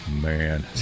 man